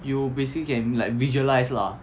you basically can like visualise lah